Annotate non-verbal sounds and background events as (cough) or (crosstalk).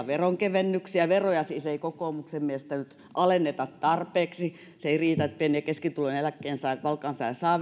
(unintelligible) veronkevennyksiä veroja siis ei kokoomuksen mielestä nyt alenneta tarpeeksi se ei riitä että pieni ja keskituloinen eläkkeensaaja tai palkansaaja saa (unintelligible)